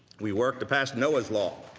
we worked to pass noah's law,